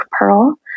pearl